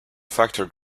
factor